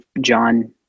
John